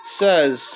says